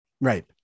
Right